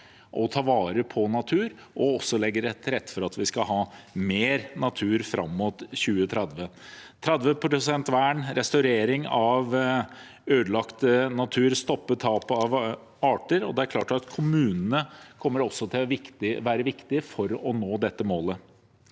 å ta vare på natur og legge til rette for at vi skal ha mer natur fram mot 2030. Målet er 30 pst. vern, restaurering av ødelagt natur og å stoppe tapet av arter. Det er klart at kommunene kommer til å være viktige for å nå det målet.